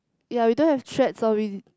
ya we don't have threats or we